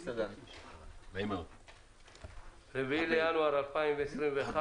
4 בינואר 2021,